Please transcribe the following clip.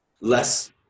less